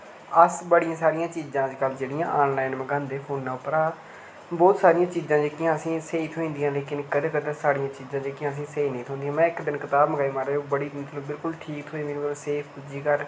अस बड़ियां सारियां चीज़ां अज्जकल जेह्ड़ियां आनलाइन मंगांदे फोना उप्परा बोह्त सारियां चीज़ां जेह्कियां असेंगी स्हेईं थ्होई जंदियां लेकिन कदें कदें साढ़ियां चीज़ां जेह्कियां असेंगी स्हेई नेईं थ्होंदियां में इक दिन कताब मंगाई महाराज ओह् बड़ी बिलकुल ठीक थ्होई सेफ पुज्जी घर